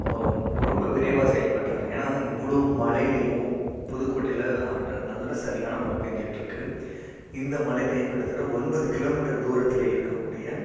ரொம்ப விரைவாக செயல்பட்டார் ஏன்னா இவ்வளோ மழைலையும் புதுக்கோட்டையில் அட நல்ல சரியான மழை பேஞ்சிட்டுருக்கு இந்த மழைலையும் கிட்டத்தட்ட ஒன்பது கிலோமீட்டர் தூரத்தில் இருக்கக்கூடிய